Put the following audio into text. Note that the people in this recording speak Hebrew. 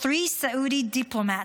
Saudi diplomats,